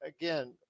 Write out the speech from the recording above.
Again